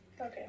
Okay